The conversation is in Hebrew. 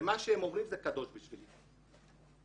מה שהם אומרים, בשבילי זה קדוש.